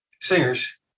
singers